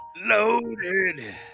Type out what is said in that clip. Loaded